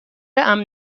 امن